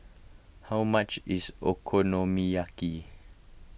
how much is Okonomiyaki